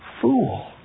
fool